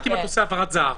רק אם אתה עושה העברת זה"ב,